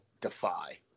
defy